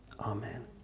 amen